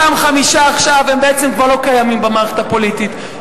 אותם חמישה עכשיו בעצם כבר לא קיימים במערכת הפוליטית,